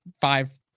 five